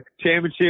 championship